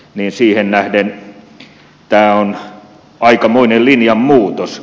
siihen nähden tämä on aikamoinen linjan muutos